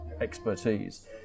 expertise